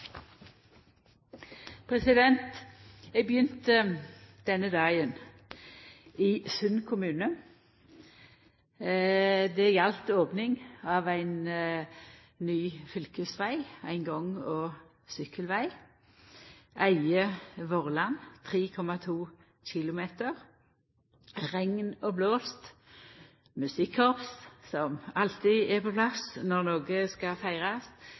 Eg begynte denne dagen i Sund kommune. Det galdt opning av ein ny fylkesveg, ein gang- og sykkelveg, Eide–Vorland, 3,2 km – regn og blåst, musikkorps, som alltid er på plass når noko skal feirast,